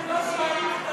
נא להצביע.